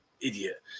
idiot